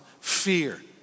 fear